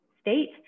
state